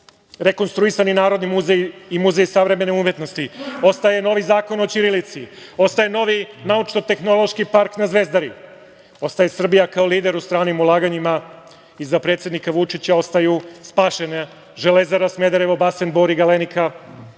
rekonstruisani Narodni muzej i Muzej savremene umetnosti, ostaje novi Zakon o ćirilici, ostaje novi Naučno-tehnološki park na Zvezdari, ostaje Srbija kao lider u stranim ulaganjima. Iza predsednika Vučića ostaju spašena Železara Smederevo, basen Bor i "Galenika".Iza